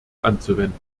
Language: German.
anzuwenden